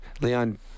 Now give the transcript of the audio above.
Leon